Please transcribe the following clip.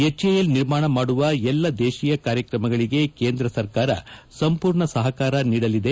HAL ನಿರ್ಮಾಣ ಮಾಡುವ ಎಲ್ಲಾ ದೇತೀಯ ಕಾರ್ಯಕ್ರಮಗಳಿಗೆ ಕೇಂದ್ರ ಸರ್ಕಾರ ಸಂಪೂರ್ಣ ಸಹಕಾರ ನೀಡಲಿದೆ